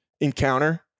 encounter